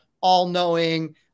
all-knowing